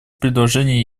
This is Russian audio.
предложение